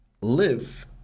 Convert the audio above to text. live